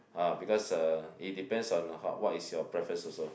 ah because uh it depends on how what is your preference also